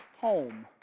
home